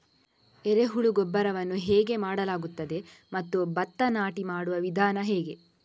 ಎರೆಹುಳು ಗೊಬ್ಬರವನ್ನು ಹೇಗೆ ಮಾಡಲಾಗುತ್ತದೆ ಮತ್ತು ಭತ್ತ ನಾಟಿ ಮಾಡುವ ವಿಧಾನ ಹೇಗೆ?